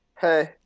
hey